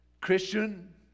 Christian